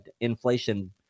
inflation